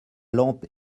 lampe